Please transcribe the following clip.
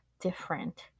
different